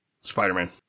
Spider-Man